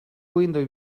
window